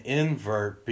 invert